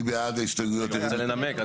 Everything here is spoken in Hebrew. רצית לנמק.